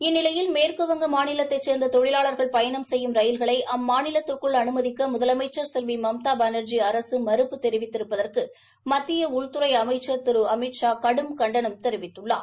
இந்நிலையில் மேற்குவங்க மாநிலத்தைச் சேர்ந்த தொழிலாளர்கள் பயணம் செய்யும் ரயில்களை அம்மாநிலத்திற்குள் அனுமதிக்க முதலமைச்ச் செல்வி மம்தா பானாஜி அரக மறுப்பு தெிவத்திருப்பதற்கு மத்திய உள்துறை அமைச்சர் திரு அமித்ஷா கடும் கண்டனம் தெரிவித்துள்ளார்